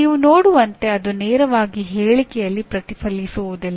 ನೀವು ನೋಡುವಂತೆ ಅದು ನೇರವಾಗಿ ಹೇಳಿಕೆಯಲ್ಲಿ ಪ್ರತಿಫಲಿಸುವುದಿಲ್ಲ